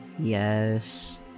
Yes